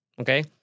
Okay